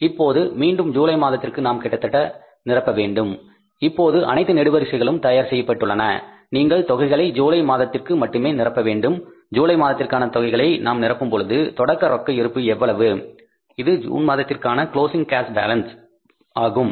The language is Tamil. இப்போது மீண்டும் ஜூலை மாதத்திற்கு நாம் கிட்டத்தட்ட நிரப்ப வேண்டும் இப்போது அனைத்து நெடுவரிசைகளும் தயார் செய்யப்பட்டுள்ளன நீங்கள் தொகைகளை ஜூலை மாதத்திற்கு மட்டுமே நிரப்ப வேண்டும் ஜூலை மாதத்திற்கான தொகைகளை நாம் நிரப்பும் பொழுது தொடக்க ரொக்க இருப்பு எவ்வளவு இது ஜூன் மாதத்திற்கான க்ளோஸிங் கேஷ் பாலன்ஸ் ஆகும்